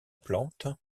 plante